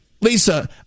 Lisa